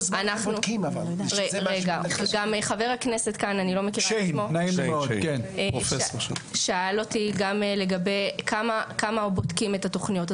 חבר הכנסת שיין שאל אותי גם לגבי כמה בודקים את התוכניות,